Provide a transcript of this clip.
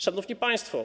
Szanowni Państwo!